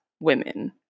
women